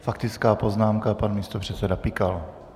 Faktická poznámka pan místopředseda Pikal.